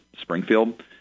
Springfield